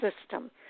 system